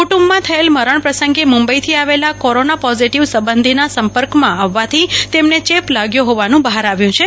કુટુંબમાં થયેલ મરણ પ્રસંગે મુંબઈથી આવેલ કોરોના પોઝીટીવ સંબંધીના સંપર્કમાં આવવાથી તેમને ચેપ લાગ્યો હોવાનું બહાર આવ્યું છે